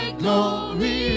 glory